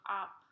up